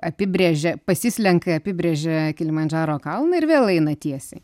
apibrėžia pasislenka apibrėžia kilimandžaro kalną ir vėl eina tiesiai